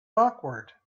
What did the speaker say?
awkward